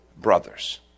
brothers